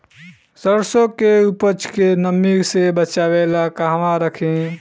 सरसों के उपज के नमी से बचावे ला कहवा रखी?